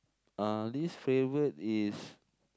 uh least favourite is